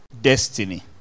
destiny